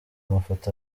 mafoto